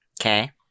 Okay